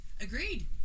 Agreed